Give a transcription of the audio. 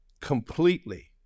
Completely